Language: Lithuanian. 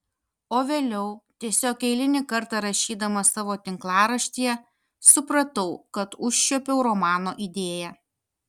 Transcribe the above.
o vėliau tiesiog eilinį kartą rašydamas savo tinklaraštyje supratau kad užčiuopiau romano idėją